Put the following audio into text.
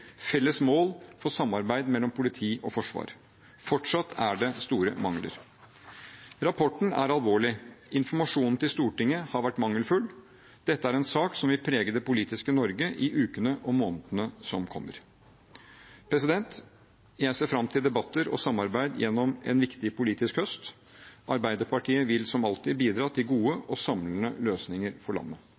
felles mål for samarbeid mellom politi og forsvar – fortsatt er det store mangler. Rapporten er alvorlig. Informasjonen til Stortinget har vært mangelfull. Dette er en sak som vil prege det politiske Norge i ukene og månedene som kommer. Jeg ser fram til debatter og samarbeid gjennom en viktig politisk høst. Arbeiderpartiet vil som alltid bidra til gode og samlende løsninger for landet.